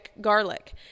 garlic